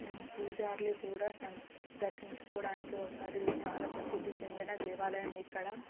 పూజారులు కూడా సంగ్ దర్శించుకోడానికి వస్తారు ఇది చాలా ప్రసిద్ధి చెందిన దేవాలయం ఇక్కడ